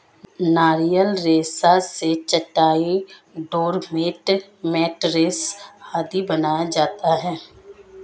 नारियल रेशा से चटाई, डोरमेट, मैटरेस आदि बनाया जाता है